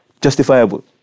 justifiable